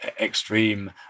extreme